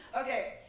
okay